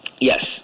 yes